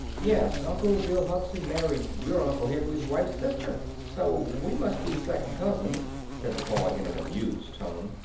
yes. uncle bill hugson married your uncle henry's wife's sister so we must be second cousins, said the boy, in an amused tone.